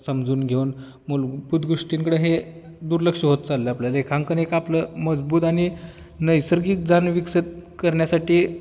समजून घेऊन मलभूत गोष्टींकडं हे दुर्लक्ष होत चाललं आपल्याला रेखांकन एक आपलं मजबूत आणि नैसर्गिक जाण विकसित करण्यासाठी